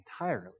entirely